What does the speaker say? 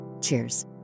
Cheers